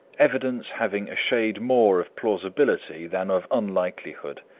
evidence having a shade more of plausibility than of unlikelihood.